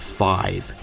five